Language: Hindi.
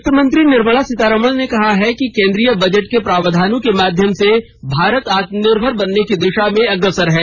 वित्तमंत्री निर्मला सीतारमण ने कहा है कि केन्द्रीय बजट के प्रावधानों के माध्यम से भारत आत्मनिर्भर बनने की दिशा में अग्रसर है